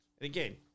again